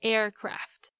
Aircraft